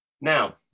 Now